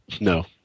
No